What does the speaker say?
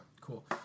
cool